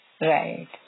Right